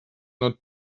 not